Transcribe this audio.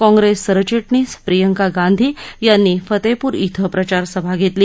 काँग्रेस सरचिटणीस प्रियंका गांधी यांनी फतेपूर श्विं प्रचारसभा घेतली